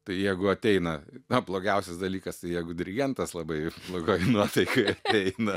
tai jeigu ateina na blogiausias dalykas tai jeigu dirigentas labai blogoj nuotaikoj ateina